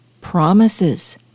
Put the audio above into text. promises